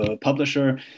publisher